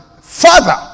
Father